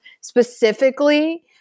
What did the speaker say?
specifically